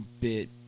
bit